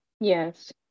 Yes